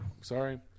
sorry